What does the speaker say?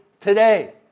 today